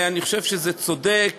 אני חושב שזה צודק,